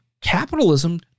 capitalism